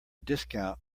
discount